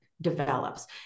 Develops